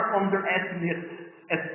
underestimate